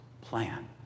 plan